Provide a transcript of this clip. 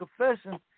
confession